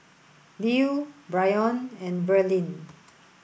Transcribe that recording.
Lew Brion and Verlene